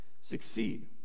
succeed